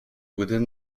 within